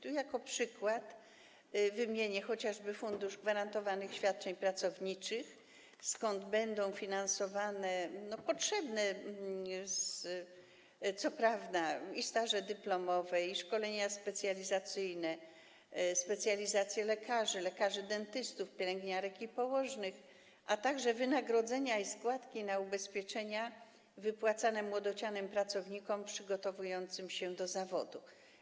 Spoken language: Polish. Tu jako przykład podam chociażby Fundusz Gwarantowanych Świadczeń Pracowniczych, skąd będą finansowane, potrzebne co prawda, i staże podyplomowe, i szkolenia specjalizacyjne, specjalizacje lekarzy, lekarzy dentystów, pielęgniarek i położnych, a także wynagrodzenia i składki na ubezpieczenia wypłacane młodocianym pracownikom przygotowującym się do zawodu.